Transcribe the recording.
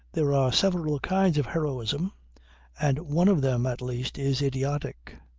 there are several kinds of heroism and one of them at least is idiotic.